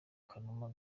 kanuma